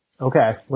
Okay